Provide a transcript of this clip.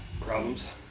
Problems